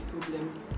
problems